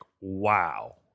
wow